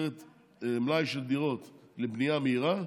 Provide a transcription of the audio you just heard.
מלאי של דירות לבנייה מהירה.